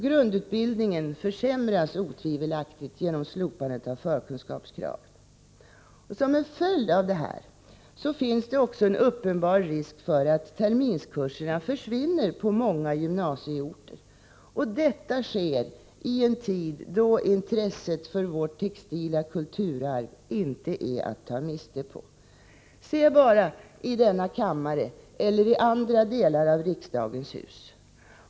Grundutbildningen försämras otvivelaktigt genom slopandet av förkunskapskraven. Som en följd av detta finns det också en uppenbar risk för att terminskurserna försvinner på många gymnasieorter. Och detta sker i en tid då intresset för vårt textila kulturarv inte är att ta miste på! Se bara i denna kammare eller i andra delar av riksdagens hus!